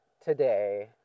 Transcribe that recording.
today